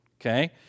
Okay